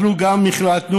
אנחנו גם החלטנו